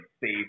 save